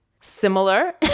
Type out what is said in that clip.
similar